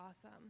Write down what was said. awesome